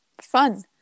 Fun